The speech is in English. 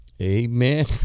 Amen